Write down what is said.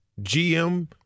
GM